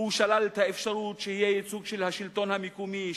הוא שולל את האפשרות שיהיה ייצוג של השלטון המקומי,